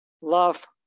love